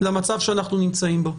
למצב שאנחנו נמצאים בו.